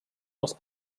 els